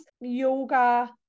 yoga